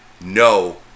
no